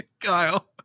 Kyle